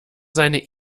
seine